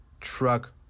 truck